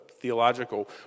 theological